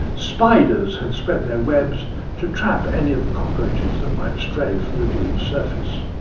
spiders had spread their webs to trap any of the cockroaches that might stray from the dune's surface.